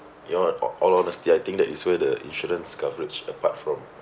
ya a~ all honesty I think that is where the insurance coverage a part from